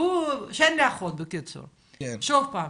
שוב פעם,